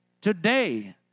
today